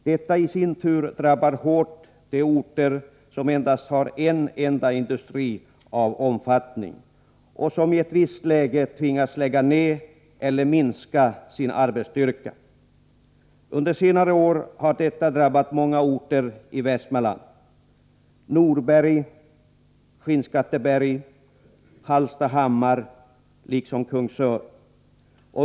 Detta drabbar i sin tur hårt de orter som endast har en enda industri av omfattning och som i ett visst läge tvingas lägga ned verksamheten eller minska sin arbetsstyrka. Under senare år har detta drabbat många orter i Västmanland, t.ex. Norberg, Skinnskatteberg, Hallstahammar och Kungsör.